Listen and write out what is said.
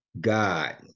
God